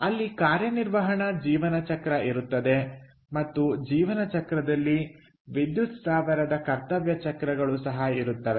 ಅಲ್ಲಿ ಕಾರ್ಯನಿರ್ವಹಣ ಜೀವನ ಚಕ್ರ ಇರುತ್ತದೆ ಮತ್ತು ಜೀವನ ಚಕ್ರದಲ್ಲಿ ವಿದ್ಯುತ್ ಸ್ಥಾವರದ ಕರ್ತವ್ಯ ಚಕ್ರಗಳು ಸಹ ಇರುತ್ತವೆ